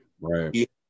right